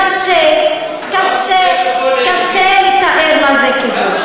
קשה לתאר מה זה כיבוש.